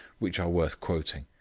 which are worth quoting.